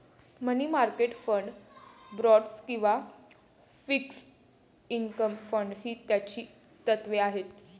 मनी market fund, bonds किंवा fixed income fund ही त्याची तत्त्वे आहेत